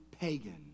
pagan